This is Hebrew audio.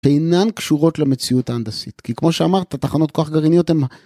אינן קשורות למציאות ההנדסית, כי כמו שאמרת, תחנות כוח גרעיניות הן...